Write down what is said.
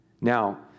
Now